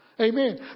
Amen